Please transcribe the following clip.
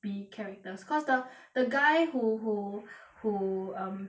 be characters cause the the guy who who who um